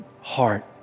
heart